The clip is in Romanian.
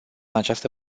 această